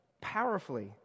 powerfully